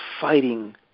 fighting